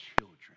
children